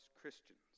Christians